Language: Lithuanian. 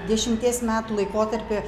dešimties metų laikotarpį